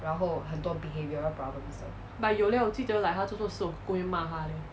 but 有 leh 我记得 like 它做错事我姑姑会骂它 leh